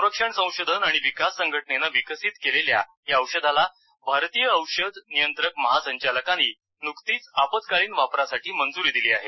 संरक्षण संशोधन आणि विकास संघटनेनं विकसित केलेल्या या औषधाला भारतीय औषध नियंत्रक महासंचालकांनी नुकतीच आपत्कालीन वापरासाठी मंजूरी दिली आहे